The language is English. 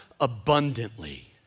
abundantly